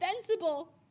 defensible